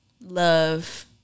love